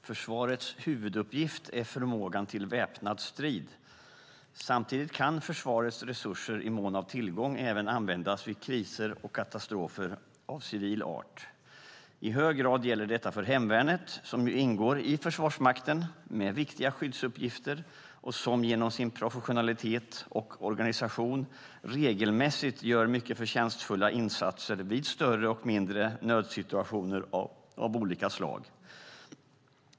Herr talman! Försvarets huvuduppgift är förmågan till väpnad strid. Samtidigt kan försvarets resurser i mån av tillgång även användas vid kriser och katastrofer av civil art. I hög grad gäller detta för hemvärnet, som ju ingår i Försvarsmakten med viktiga skyddsuppgifter och som genom sin professionalitet och organisation regelmässigt gör mycket förtjänstfulla insatser vid större och mindre nödsituationer av olika slag.